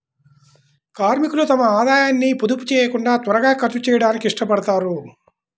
కార్మికులు తమ ఆదాయాన్ని పొదుపు చేయకుండా త్వరగా ఖర్చు చేయడానికి ఇష్టపడతారు